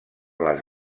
les